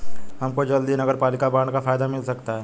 हमको जल्द ही नगरपालिका बॉन्ड का फायदा मिल सकता है